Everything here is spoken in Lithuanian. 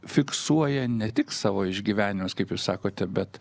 fiksuoja ne tik savo išgyvenimus kaip jūs sakote bet